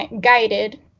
guided